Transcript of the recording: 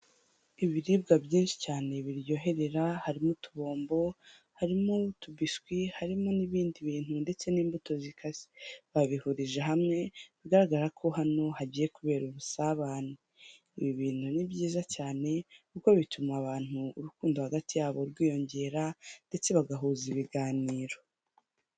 Ibiribwa byinshi cyane biryoherera, harimo utubombo, harimo utubiswi, harimo n'ibindi bintu ndetse n'imbuto zikase. Babihurije hamwe bigaragara ko hano hagiye kubera ubusabane. Ibi bintu ni byiza cyane kuko bituma abantu urukundo hagati yabo rwiyongera, ndetse bagahuza ibiganiro.